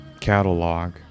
catalog